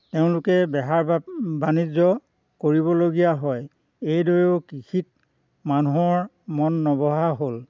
তেওঁলোকে বেহাৰ বাণিজ্য কৰিবলগীয়া হয় এইদৰেও কৃষিত মানুহৰ মন নবহা হ'ল